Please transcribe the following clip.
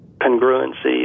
congruency